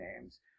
names